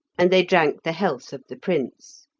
and they drank the health of the prince.